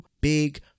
big